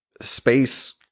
space